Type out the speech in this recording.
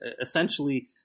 essentially